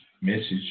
message